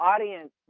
Audience